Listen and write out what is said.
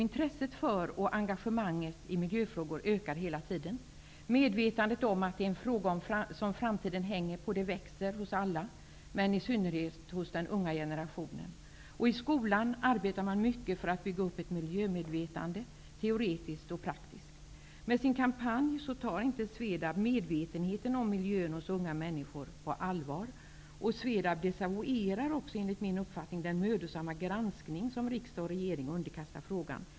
Intresset för och engagemanget i miljöfrågor ökar hela tiden. Medvetandet om att detta är en fråga som framtiden hänger på växer hos alla, i synnerhet hos den unga generationen. I skolan arbetar man mycket för att bygga upp ett miljömedvetande teoretiskt och praktiskt. Med sin kampanj tar inte Svedab medvetenheten om miljön hos unga människor på allvar. Svedab desavouerar också enligt min uppfattning den mödosamma granskning som riksdag och regering underkastar frågan.